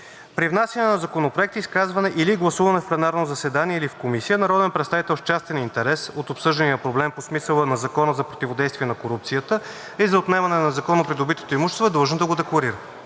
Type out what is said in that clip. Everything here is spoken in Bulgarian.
При внасяне на законопроекти, изказване или гласуване в пленарно заседание, или в комисия, народен представител с частен интерес от обсъждания проблем, по смисъла на Закона за противодействие на корупцията и за отнемане на незаконно придобитото имущество, е длъжен да го декларира.“